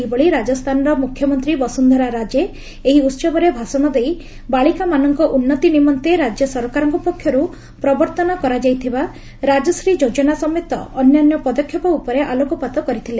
ସେହିଭଳି ରାଜସ୍ଥାନର ମୁଖ୍ୟମନ୍ତ୍ରୀ ବସୁନ୍ଧରା ରାଜେ ଏହି ଉହବରେ ଭାଷଣ ଦେଇ ବାଳିକାମାନଙ୍କ ଉନ୍ନତି ନିମନ୍ତେ ରାଜ୍ୟସରକାରଙ୍କ ପକ୍ଷରୁ ପ୍ରବର୍ତ୍ତନ କରାଯାଇଥିବା ରାଜଶ୍ରୀ ଯୋଜନା ସମେତ ଅନ୍ୟାନ୍ୟ ପଦକ୍ଷେପ ଉପରେ ଆଲୋକପାତ କରିଥିଲେ